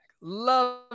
love